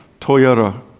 Toyota